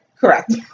Correct